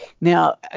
Now